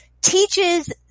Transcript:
teaches